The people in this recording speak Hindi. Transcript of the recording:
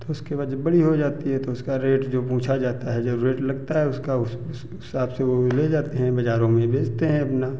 तो उसके बाद जब बड़ी हो जाती है तो उसका रेट जो पूछा जाता है जो रेट लगता है उसका उस उस उस हिसाब से वो ले जाते हैं बाज़ारों में बेचते हैं अपना